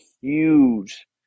huge